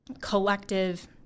collective